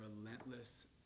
relentless